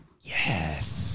Yes